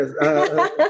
yes